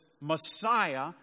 Messiah